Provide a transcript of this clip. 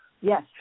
yes